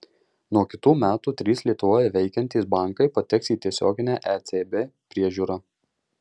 nuo kitų metų trys lietuvoje veikiantys bankai pateks į tiesioginę ecb priežiūrą